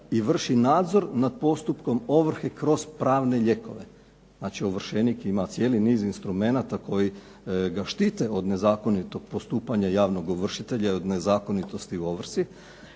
i vrši nadzor nad postupkom ovrhe kroz pravne lijekove. Znači, ovršenik ima cijeli niz instrumenata koji ga štite od nezakonitog postupanja javnog ovršitelja i od nezakonitosti u ovrsi